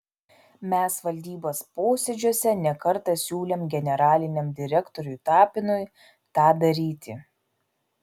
mes valdybos posėdžiuose ne kartą siūlėm generaliniam direktoriui tapinui tą daryti